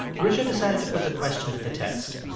richard decided to put the question to the test.